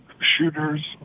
shooters